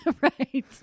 right